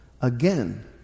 Again